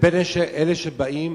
לבין אלה שבאים